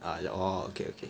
ah oh okay okay